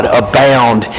abound